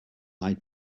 eye